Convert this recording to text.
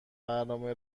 برنامه